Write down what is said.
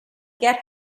get